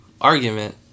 argument